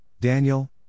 Daniel